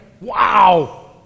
Wow